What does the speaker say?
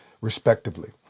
respectively